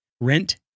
rent